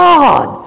God